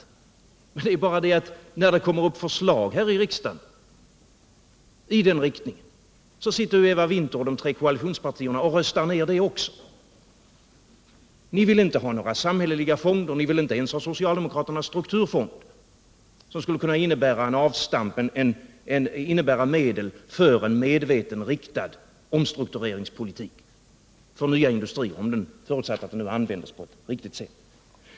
Men det är ju bara det att när förslag i den riktningen förs fram här i riksdagen, då sitter Eva Winther och de övriga i de tre koalitationspartierna och röstar ner dem. Ni vill inte ha några samhälleliga fonder, ni vill inte ens ha socialdemokraternas strukturfond som skulle kunna innebära att vi får medel för en medveten, riktad omstruktureringspolitik för nya industrier, förutsatt att den används på ett riktigt sätt.